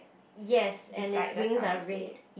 yes and it's wings are red